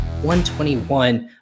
121